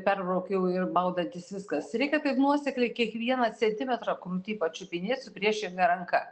perbraukiau ir maudantis viskas reikia taip nuosekliai kiekvieną centimetrą krūty pačiupinėt su priešinga ranka